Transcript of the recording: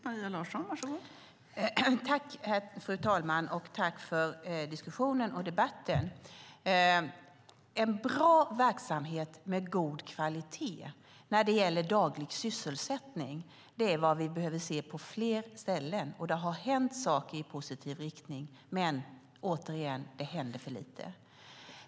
Fru talman! Jag tackar för diskussionen och debatten. En bra verksamhet med god kvalitet när det gäller daglig sysselsättning är vad vi behöver se på fler ställen. Det har hänt saker i positiv riktning, men återigen: Det händer för lite.